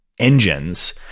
Engines